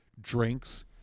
drinks